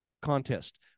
contest